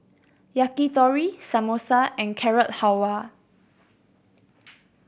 Yakitori Samosa and Carrot Halwa